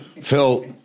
Phil